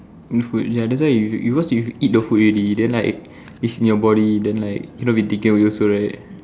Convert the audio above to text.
oh food ya that's why you you because you eat the food already then like it's in your body then like cannot be taken away also right